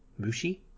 Mushi